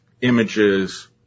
images